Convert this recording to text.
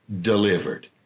delivered